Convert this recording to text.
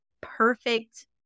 perfect